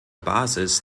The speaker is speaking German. basis